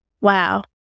Wow